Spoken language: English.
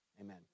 amen